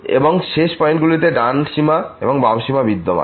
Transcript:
এবং শেষ পয়েন্টগুলিতে ডান সীমা এবং বাম সীমা বিদ্যমান